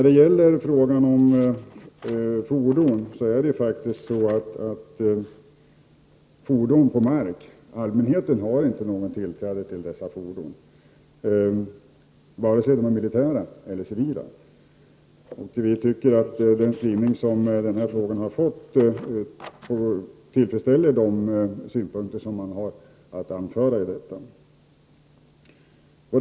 Det är faktiskt så att allmänheten inte har tillträde till fordon på mark, vare sig de är militära eller civila. Den skrivning som utskottet har gjort tillfredsställer, anser jag, de synpunkter som finns att anföra i den frågan.